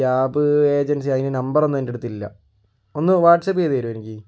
cab agency അതിൻ്റെ നമ്പറൊന്നും എൻ്റടുത്തില്ല ഒന്ന് വാട്സ്ആപ്പ് ചെയ്ത് തരുമോ എനിക്ക്